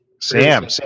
Sam